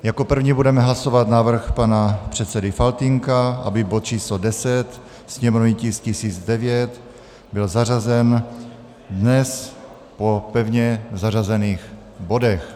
Jako první budeme hlasovat návrh pana předsedy Faltýnka, aby bod číslo 10, sněmovní tisk 1009, byl zařazen dnes po pevně zařazených bodech.